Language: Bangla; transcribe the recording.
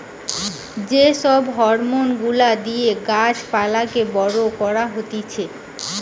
যে সব হরমোন গুলা দিয়ে গাছ পালাকে বড় করা হতিছে